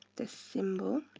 the symbol,